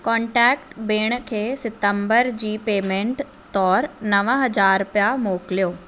contact भेण खे सितंबर जी पेमेंट तौरु नव हज़ार रुपिया मोकिलियो